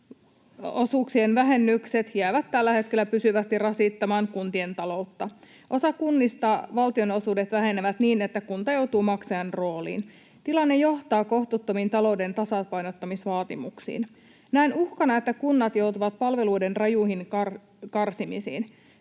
valtionosuuksien vähennykset jäävät tällä hetkellä pysyvästi rasittamaan kuntien taloutta. Osalla kunnista valtionosuudet vähenevät niin, että kunta joutuu maksajan rooliin. Tilanne johtaa kohtuuttomiin talouden tasapainottamisvaatimuksiin. Näen uhkana, että kunnat joutuvat palveluiden rajuihin karsimisiin.